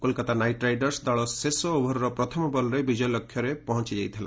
Kolkata Knight Riders ଦଳ ଶେଷ ଓଭର୍ର ପ୍ରଥମ ବଲ୍ରେ ବିଜୟଲକ୍ଷ୍ୟରେ ପହଞ୍ଚିଯାଇଥିଲା